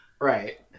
Right